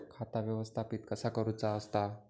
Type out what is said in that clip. खाता व्यवस्थापित कसा करुचा असता?